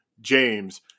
James